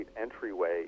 entryway